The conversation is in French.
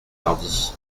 tardy